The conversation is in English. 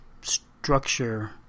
structure